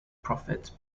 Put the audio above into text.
prophet